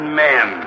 men